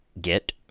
get